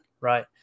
right